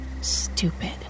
Stupid